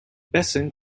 besson